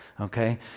okay